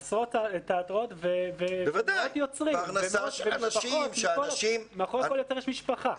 עשרות תיאטראות ומאות יוצרים ומאחורי כל יוצר יש משפחה.